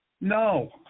No